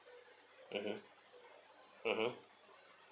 mmhmm mmhmm